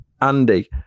Andy